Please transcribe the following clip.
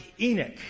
Enoch